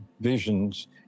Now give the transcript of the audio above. visions